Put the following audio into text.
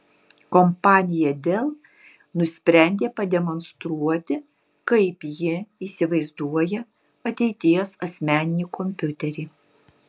kompanija dell nusprendė pademonstruoti kaip ji įsivaizduoja ateities asmeninį kompiuterį